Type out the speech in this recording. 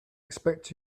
expect